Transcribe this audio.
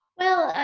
well,